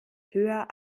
höher